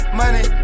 money